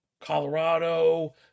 Colorado